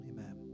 Amen